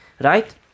right